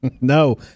no